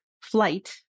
flight